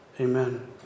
amen